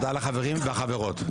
אמרתי, תודה לחברים והחברות.